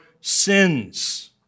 sins